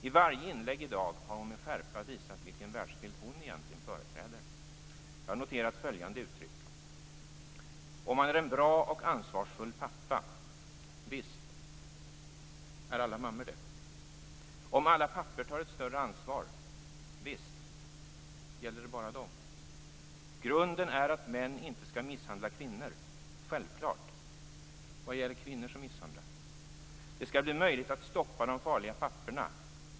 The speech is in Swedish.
I varje inlägg i dag har hon med skärpa visat vilken världsbild hon egentligen företräder. Jag har noterat följande uttryck: Om man är en bra och ansvarsfull pappa. Visst - är alla mammor det? Om alla pappor tar ett större ansvar. Visst - gäller det bara dem? Grunden är att män inte skall misshandla kvinnor. Självklart - vad gäller för kvinnor som misshandlar? Det skall bli möjligt att stoppa de farliga papporna.